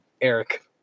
Eric